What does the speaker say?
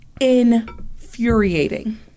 infuriating